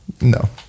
No